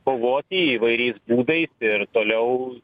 kovoti įvairiais būdais ir toliau